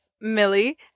Millie